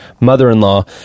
mother-in-law